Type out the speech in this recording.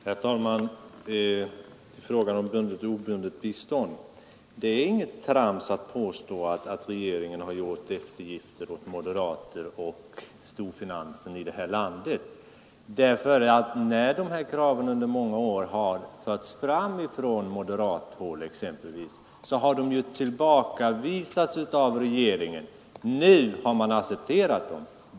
Herr talman! I fråga om bundet och obundet bistånd är det inget trams att påstå att regeringen har gjort eftergifter åt moderater och storfinans i det här landet. När de här kraven under många år har förts fram exempelvis från moderat håll har de ju tillbakavisats av regeringen, men nu har man accepterat dem.